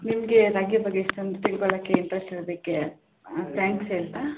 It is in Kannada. ನಿಮಗೆ ರಾಗಿ ಬಗ್ಗೆ ಇಷ್ಟೊಂದು ತಿಳ್ಕೊಳಕ್ಕೆ ಇಂಟ್ರಸ್ಟ್ ಇರೋದಿಕ್ಕೆ ತ್ಯಾಂಕ್ಸ್ ಹೇಳ್ತ